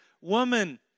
woman